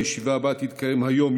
הישיבה הבאה תתקיים היום,